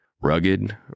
Rugged